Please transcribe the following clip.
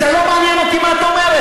זה לא מעניין אותי מה את אומרת.